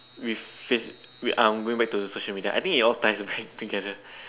with face I'm going back to the social media I think it all ties back together